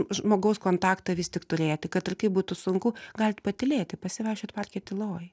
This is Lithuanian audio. žmogaus kontaktą vis tik turėti kad ir kaip būtų sunku galit patylėti pasivaikščiot parke tyloj